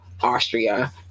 Austria